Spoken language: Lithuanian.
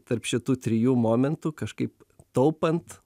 tarp šitų trijų momentų kažkaip taupant